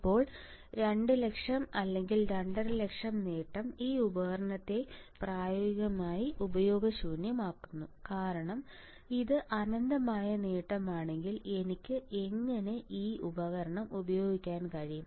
ഇപ്പോൾ 200000 അല്ലെങ്കിൽ 250000 നേട്ടം ഈ ഉപകരണത്തെ പ്രായോഗികമായി ഉപയോഗശൂന്യമാക്കുന്നു കാരണം ഇത് അനന്തമായ നേട്ടമാണെങ്കിൽ എനിക്ക് എങ്ങനെ ഈ ഉപകരണം ഉപയോഗിക്കാൻ കഴിയും